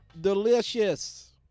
delicious